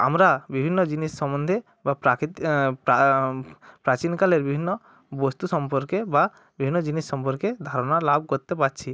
আমরা বিভিন্ন জিনিস সম্বন্ধে বা প্রাকৃতি প্রাচীনকালের বিভিন্ন বস্তু সম্পর্কে বা বিভিন্ন জিনিস সম্পর্কে ধারণা লাভ করতে পারছি